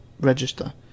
register